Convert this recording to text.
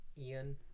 Ian